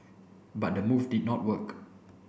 but the move did not work